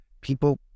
people